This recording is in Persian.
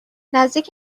نزدیک